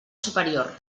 superior